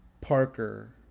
Parker